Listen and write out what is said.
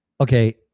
okay